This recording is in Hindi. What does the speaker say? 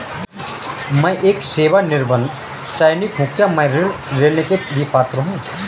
मैं एक सेवानिवृत्त सैनिक हूँ क्या मैं ऋण लेने के लिए पात्र हूँ?